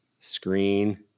Screen